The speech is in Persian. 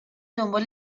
دنبال